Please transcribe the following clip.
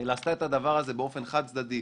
אלא עשתה את הדבר הזה באופן חד-צדדי,